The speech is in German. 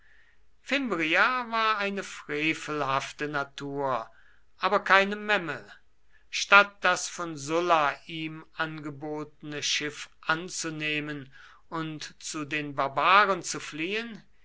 fimbria war eine frevelhafte natur aber keine memme statt das von sulla ihm angebotene schiff anzunehmen und zu den barbaren zu fliehen